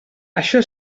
això